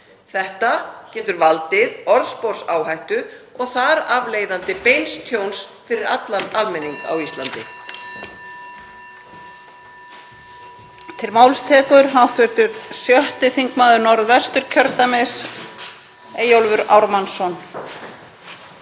Þetta getur valdið orðsporsáhættu og þar af leiðandi beinu tjóni fyrir allan almenning á Íslandi.